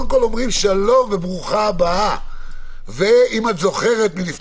אם גם זה לא טוב, מה טוב?